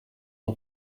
aho